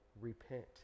repent